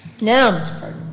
No